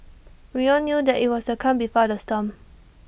we all knew that IT was the calm before the storm